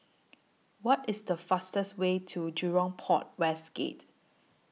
What IS The fastest Way to Jurong Port West Gate